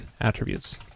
attributes